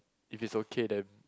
if it's okay then